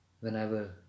whenever